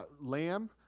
lamb